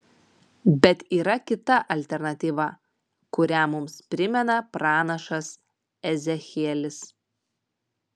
bet yra kita alternatyva kurią mums primena pranašas ezechielis